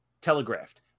telegraphed